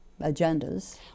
agendas